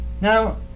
Now